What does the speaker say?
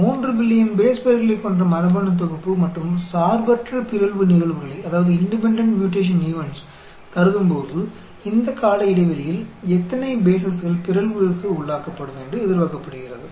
3 billion base பேர்களைக் கொண்ட மரபணுத்தொகுப்பு மற்றும் சார்பற்ற பிறழ்வு நிகழ்வுகளைக் கருதும்போது இந்த கால இடைவெளியில் எத்தனை பேஸ்கள் பிறழ்வுக்கு உள்ளாக்கப்படும் என்று எதிர்பார்க்கப்படுகிறது